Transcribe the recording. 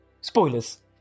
spoilers